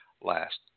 last